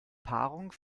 paarung